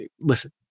Listen